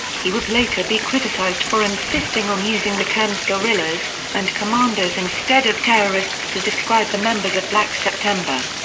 he would later be criticized for insisting on using the terms guerillas and commandos instead of terrorists to describe the members of black september.